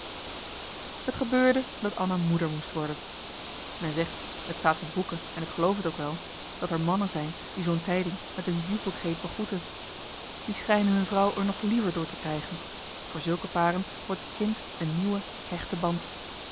het gebeurde dat anna moeder moest worden men zegt het staat in boeken en ik geloof t ook wel dat er mannen zijn die zoo'n tijding met een jubelkreet begroeten die schijnen hun vrouw er nog liever door te krijgen voor zulke paren wordt het kind een nieuwe hechte band